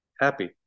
happy